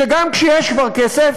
על שגם כשיש כבר כסף